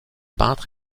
peintre